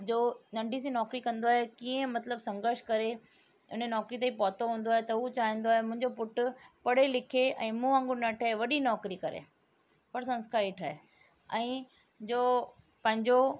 जो नंढी सी नौकरी कंदो आहे कीअं मतिलबु संघर्ष करे उन नौकिरी ते पहुतो हूंदो आहे त उहो चाहींदो आहे मुंहिंजो पुटु पढ़े लिखे ऐं मूं वांग़ुरु न ठहे वॾी नौकरी करे और संस्कारी ठहे ऐं जो पंहिंजो